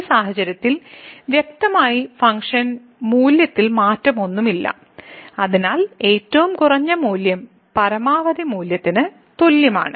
ഈ സാഹചര്യത്തിൽ വ്യക്തമായി ഫംഗ്ഷൻ മൂല്യത്തിൽ മാറ്റമൊന്നുമില്ല അതിനാൽ ഏറ്റവും കുറഞ്ഞ മൂല്യം പരമാവധി മൂല്യത്തിന് തുല്യമാണ്